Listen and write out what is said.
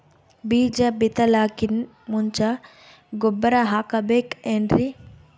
ಬೀಜ ಬಿತಲಾಕಿನ್ ಮುಂಚ ಗೊಬ್ಬರ ಹಾಕಬೇಕ್ ಏನ್ರೀ?